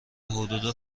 حدود